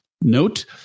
note